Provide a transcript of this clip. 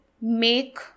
make